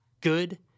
Good